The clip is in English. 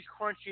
Crunchy